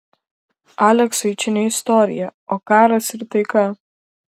aleksui čia ne istorija o karas ir taika